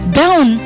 down